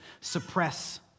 suppress